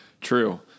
true